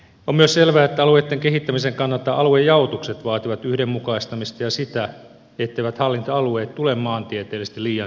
on myös selvää että alueitten kehittämisen kannalta aluejaotukset vaativat yhdenmukaistamista ja sitä etteivät hallintoalueet tule maantieteellisesti liian suuriksi